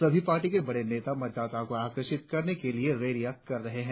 सभी पार्टियों के बड़े नेता मतदाताओं को आकर्षित करने के लिए रैलियां कर रहे हैं